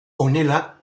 honela